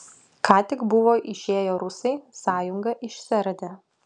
ką tik buvo išėję rusai sąjunga išsiardė